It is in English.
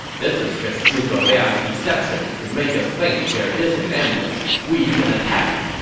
this is just zhuge liang's deception to make us think there is an ambush. we can attack.